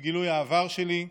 של גילוי העבר שלי,